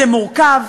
זה מורכב,